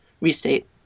restate